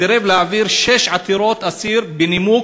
סירב להעביר שש עתירות-אסיר, בנימוק,